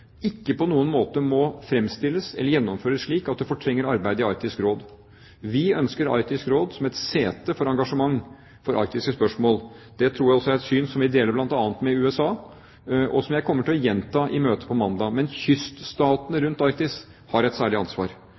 ikke på noen måte må fremstilles eller gjennomføres slik at det fortrenger arbeidet i Arktisk Råd. Vi ønsker Arktisk Råd som et sete for engasjement for arktiske spørsmål. Det tror jeg også er et syn vi deler med bl.a. USA, og som jeg kommer til å gjenta i møtet på mandag. Men kyststatene rundt Arktis har et særlig ansvar.